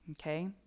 okay